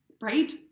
right